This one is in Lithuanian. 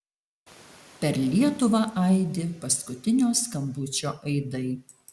per lietuvą aidi paskutinio skambučio aidai